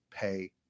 pay